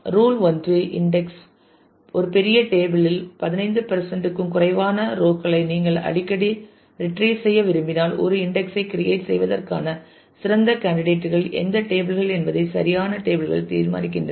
rule 1 index ஒரு பெரிய table இல் 15 பெர்சன்ட் க்கும் குறைவான ரோ களை நீங்கள் அடிக்கடி ரீட்ரீவ் செய்ய விரும்பினால் ஒரு இன்டெக்ஸ் ஐ கிரியேட் செய்வதற்கான சிறந்த கேண்டிடேட்ஸ் கள் எந்த டேபிள் கள் என்பதை சரியான டேபிள் கள் தீர்மானிக்கின்றன